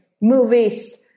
movies